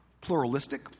Pluralistic